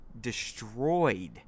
destroyed